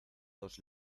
dos